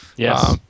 Yes